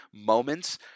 moments